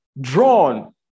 drawn